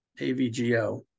AVGO